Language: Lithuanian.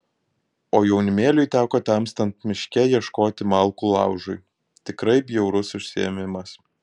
o jaunimėliui teko temstant miške ieškoti malkų laužui tikrai bjaurus užsiėmimas